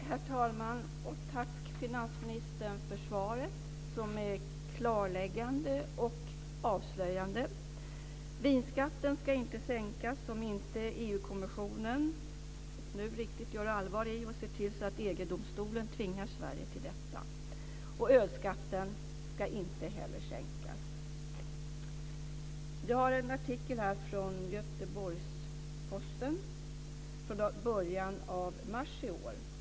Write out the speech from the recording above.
Herr talman! Tack, finansministern, för svaret som är klarläggande och avslöjande. Vinskatten ska inte sänkas om inte EU kommissionen nu riktigt gör allvar av och ser till att EG-domstolen tvingar Sverige till detta. Ölskatten ska inte heller sänkas. Jag har en artikel här från Göteborgs-Posten från början av mars i år.